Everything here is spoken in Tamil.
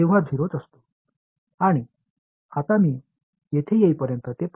எனவே நான் இந்த நிலைக்கு வரும்போது இந்த பையன் இப்படி போவான் b இன்னும் 0 தான்